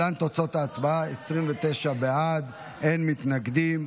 להלן תוצאות ההצבעה: 29 בעד, אין מתנגדים.